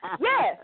Yes